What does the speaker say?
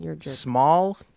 Small